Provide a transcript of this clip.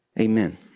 Amen